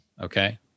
okay